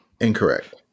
Incorrect